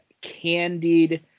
Candied